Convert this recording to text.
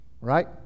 right